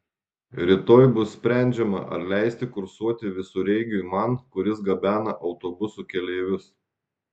rytoj bus sprendžiama ar leisti kursuoti visureigiui man kuris gabena autobusų keleivius